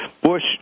Bush